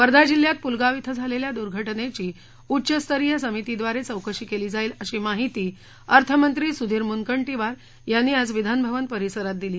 वर्धा जिल्ह्यात पुलगाव इथं झालेल्या दुर्घटनेची उच्चस्तरीय समितीद्वारे चौकशी केली जाईल अशी माहिती अर्थमंत्री सुधीर मुनगंटीवार यांनी आज विधानभवन परिसरात दिली